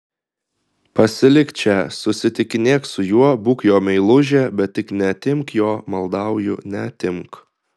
pasilik čia susitikinėk su juo būk jo meilužė bet tik neatimk jo maldauju neatimk